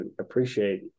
appreciate